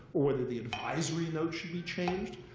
or whether the advisory note should be changed.